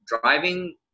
driving